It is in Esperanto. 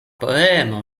poemo